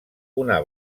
una